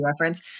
reference